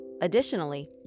Additionally